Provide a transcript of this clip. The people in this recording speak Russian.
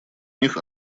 них